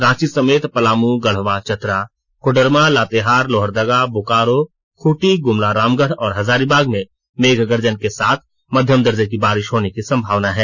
रांची समेत पलामू गढ़वा चतरा कोडरमा लातेहार लोहरदगा बोकारो खूंटी गुमला रामगढ़ और हजारीबाग में मेघ गर्जन के साथ मध्यम दर्जे की बारिश होने की संभावना है